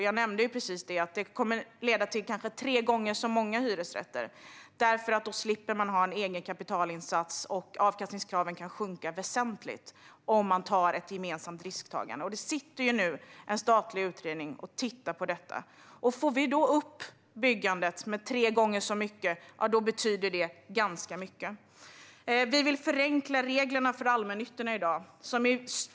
Jag nämnde att det kommer att leda till att det byggs uppemot tre gånger så många hyresrätter eftersom man slipper ha en egen kapitalinsats. Avkastningskraven sänks väsentligt om man har ett gemensamt risktagande. Nu tittar en statlig utredning på detta. Får vi upp byggandet på detta sätt betyder det ganska mycket. Vi vill förenkla reglerna för allmännyttan.